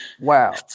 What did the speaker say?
wow